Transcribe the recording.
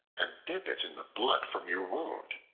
and dip it in the blood from your wound,